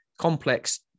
complex